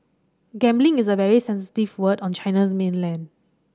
gambling is a very sensitive word on China's mainland